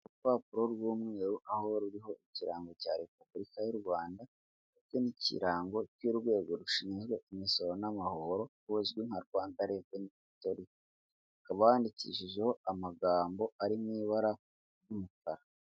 Urupapuro rw'umweru, aho ruriho ikirango cya repubulika y'u Rwanda ndetse n'ikirango cy'urwego rushinzwe imisoro n'amahoro ruzwi nka Rwanda reveniyu otoriti, rwandikishijeho amagambo ari mu ibara ry'umukara.